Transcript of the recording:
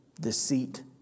deceit